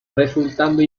resultando